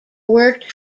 worked